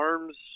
Arms